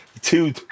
two